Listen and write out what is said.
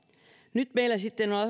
nyt meillä sitten on